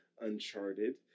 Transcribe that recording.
Uncharted